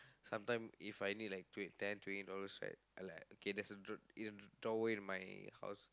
sometime if I need like tw~ ten twenty dollar right I like okay there's a draw~ drawer in my house